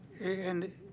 and